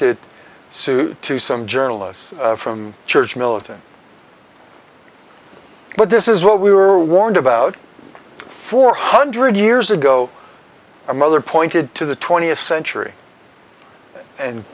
it sued to some journalists from church militant but this is what we were warned about four hundred years ago a mother pointed to the twentieth century and